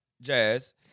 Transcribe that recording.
Jazz